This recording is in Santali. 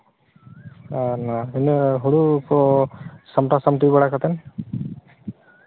ᱟᱨ ᱚᱱᱟ ᱦᱩᱲᱩ ᱠᱚ ᱥᱟᱢᱴᱟ ᱥᱟ ᱢᱴᱤ ᱵᱟᱲᱟ ᱠᱟᱛᱮᱫ